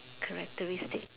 characteristic